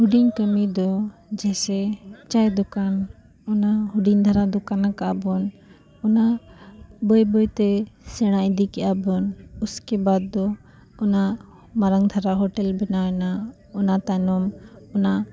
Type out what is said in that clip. ᱦᱩᱰᱤᱧ ᱠᱟᱹᱢᱤ ᱫᱚ ᱡᱮᱭᱥᱮ ᱪᱟᱭ ᱫᱚᱠᱟᱱ ᱚᱱᱟ ᱦᱩᱰᱤᱧ ᱫᱷᱟᱨᱟ ᱫᱚᱠᱟᱱ ᱟᱠᱟᱫᱵᱚᱱ ᱚᱱᱟ ᱵᱟᱹᱭ ᱵᱟᱹᱭᱛᱮ ᱥᱮᱬᱟ ᱤᱫᱤ ᱠᱮᱜᱼᱟᱵᱚᱱ ᱩᱥᱠᱮᱵᱟᱫ ᱫᱚ ᱚᱱᱟ ᱢᱟᱨᱟᱝ ᱫᱷᱟᱨᱟ ᱦᱳᱴᱮᱞ ᱵᱮᱱᱟᱣᱮᱱᱟ ᱚᱱᱟ ᱛᱟᱭᱱᱚᱢ ᱚᱱᱟ